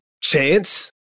Chance